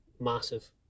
massive